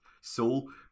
soul